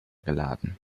geladen